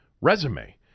resume